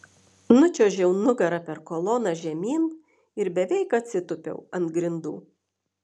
nučiuožiau nugara per koloną žemyn ir beveik atsitūpiau ant grindų